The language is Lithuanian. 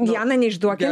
diana neišduokim